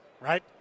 Right